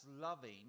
loving